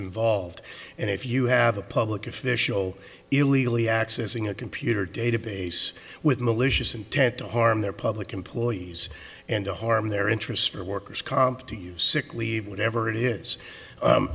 involved and if you have a public official illegally accessing a computer database with malicious intent to harm their public employees and to harm their interests for worker's comp to use sick leave whatever it is